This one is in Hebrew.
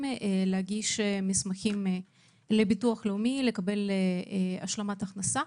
להגיש מסמכים לביטוח לאומי כדי לקבל השלמת הכנסה.